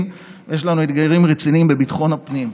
יש לנו אתגרים מדיניים רציניים ויש לנו אתגרים רציניים בביטחון הפנים.